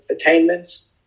attainments